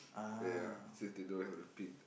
ya since they don't have the pin